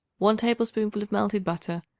one tablespoonful of melted butter,